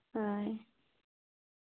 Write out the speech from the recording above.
ᱦᱳᱭ